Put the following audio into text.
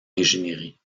ingénierie